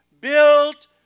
built